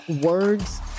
words